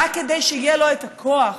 רק כדי שיהיה להם את הכוח